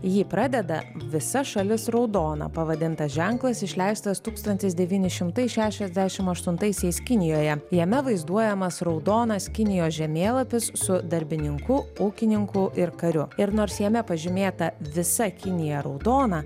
jį pradeda visa šalis raudona pavadintas ženklas išleistas tūkstantis devyni šimtai šešiasdešim aštuntaisiais kinijoje jame vaizduojamas raudonas kinijos žemėlapis su darbininku ūkininku ir kariu ir nors jame pažymėta visa kinija raudona